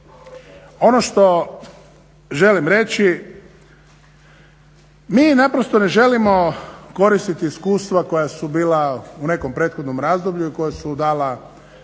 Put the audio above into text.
ono što želim reći mi naprosto ne želimo koristiti iskustva koja su bila u nekom prethodnom razdoblju i koja su dala